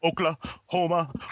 Oklahoma